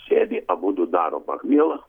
sėdi abudu daro pachmielą